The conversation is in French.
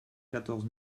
quatorze